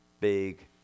big